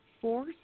four